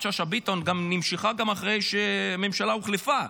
שאשא ביטון נמשכה גם אחרי שהממשלה הוחלפה.